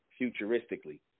futuristically